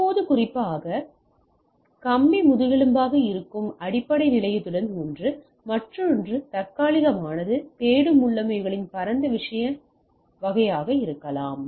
இப்போது குறிப்பாக கம்பி முதுகெலும்பாக இருக்கும் அடிப்படை நிலையத்துடன் ஒன்று மற்றொன்று தற்காலிகமானது தேடும் உள்ளமைவுகளின் பரந்த விஷய வகையாக இருக்கலாம்